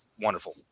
wonderful